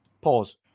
pause